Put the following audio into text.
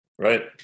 Right